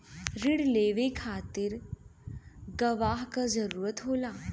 रिण लेवे के खातिर गवाह के जरूरत होला